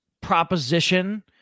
proposition